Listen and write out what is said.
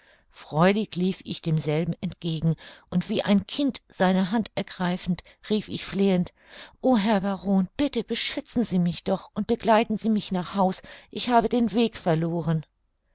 freudig lief ich demselben entgegen und wie ein kind seine hand ergreifend rief ich flehend o herr baron bitte beschützen sie mich doch und begleiten sie mich nach haus ich habe den weg verloren